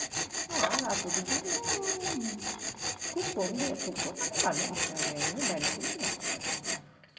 ᱱᱚᱣᱟ ᱟᱛᱳ ᱫᱤᱥᱚᱢ ᱨᱮᱫᱚ ᱠᱷᱩᱵ ᱠᱚᱢᱜᱮ ᱠᱷᱩᱵ ᱠᱚᱢᱜᱮ ᱢᱟᱱᱮ ᱵᱟᱝ ᱞᱮᱠᱟᱜᱮ ᱰᱟᱭᱱᱤᱝ ᱴᱮᱵᱤᱞ ᱫᱚ ᱵᱟᱠᱚ ᱵᱮᱵᱚᱦᱟᱨᱟ